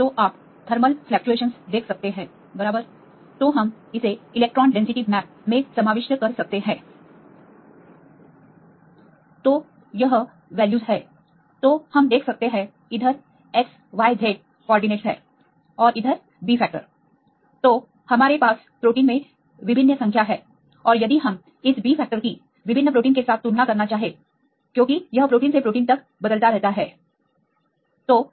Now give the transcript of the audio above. तो आप thermal fluctuations देख सकते हैं बराबर तो हम इसे इलेक्ट्रॉन डेंसिटी मैप में समाविष्ट कर सकते हैं तो यह वैल्यूज है तो हम देख सकते हैं इधर xyz कॉर्डिनेटस है और इधर B फैक्टर तो हमारे पास प्रोटीन में विभिन्न संख्या है और यदि हम इस B फैक्टर की विभिन्न प्रोटीन के साथ तुलना करना चाहे क्योंकि यह प्रोटीन से प्रोटीन तक बदलता रहता है B minus B mean right what is B mean